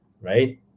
right